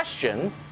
question